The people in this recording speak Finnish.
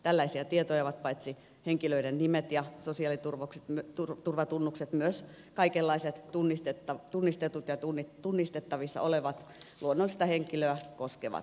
tällaisia tietoja ovat paitsi henkilöiden nimet ja sosiaaliturvatunnukset myös kaikenlaiset tunnistetut ja tunnistettavissa olevat luonnollista henkilöä koskevat tiedot